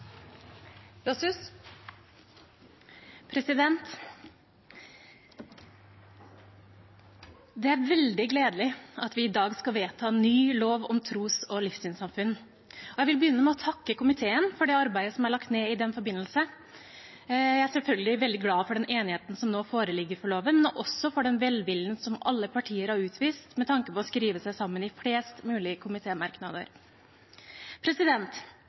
veldig gledelig at vi i dag skal vedta ny lov om tros- og livssynssamfunn. Jeg vil begynne med å takke komiteen for det arbeidet som er lagt ned i den forbindelse. Jeg er selvfølgelig veldig glad for den enigheten som nå foreligger om loven, og også for den velviljen som alle partier har utvist med tanke på å skrive seg sammen i flest mulig